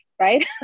right